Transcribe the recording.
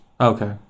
Okay